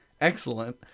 excellent